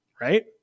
right